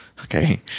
Okay